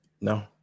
No